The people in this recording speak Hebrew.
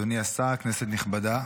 אדוני השר, כנסת נכבדה,